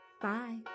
Bye